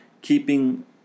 keeping